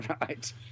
right